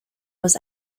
was